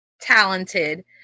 talented